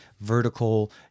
vertical